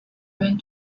went